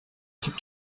keep